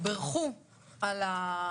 בירכו על,